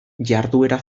jarduera